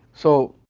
so,